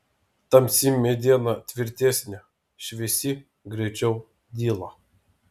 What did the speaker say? tamsi mediena tvirtesnė šviesi greičiau dyla